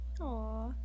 Aw